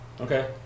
Okay